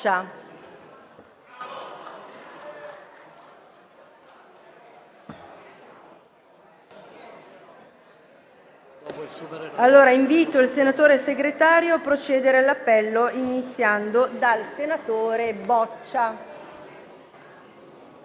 Invito il senatore Segretario a procedere all'appello, iniziando dal senatore Boccia.